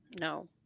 no